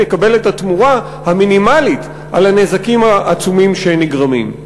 נקבל את התמורה המינימלית על הנזקים העצומים שנגרמים.